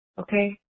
okay